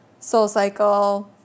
SoulCycle